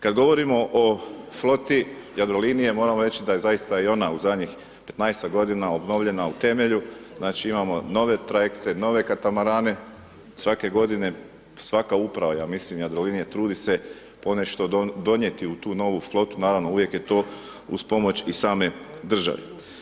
Kad govorimo o floti Jadrolinije, moramo reći da je zaista i ona u zadnjih 15-tak godina obnovljena u temelju, znači, imamo nove trajekte, nove katamarane, svake godine, svaka uprava, ja mislim, Jadrolinije trudi se ponešto donijeti u tu novu flotu, naravno, uvijek je to uz pomoć i same države.